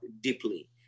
deeply